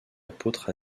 apôtres